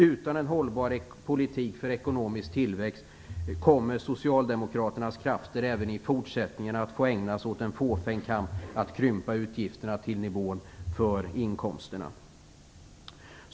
Utan en hållbar politik för ekonomisk tillväxt kommer socialdemokraternas krafter även i fortsättningen att få ägnas åt en fåfäng kamp för att krympa utgifterna till nivån för inkomsterna.